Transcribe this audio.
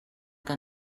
que